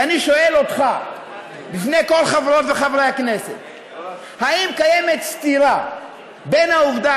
ואני שואל אותך לפני כל חברות וחברי הכנסת: האם קיימת סתירה בין העובדה,